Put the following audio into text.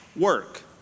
work